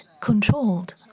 controlled